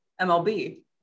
MLB